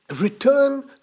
return